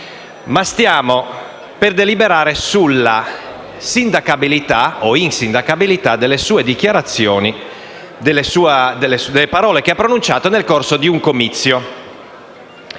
ma stiamo per deliberare sulla sindacabilità o insindacabilità delle sue dichiarazioni, delle parole che ha pronunciato nel corso di un comizio.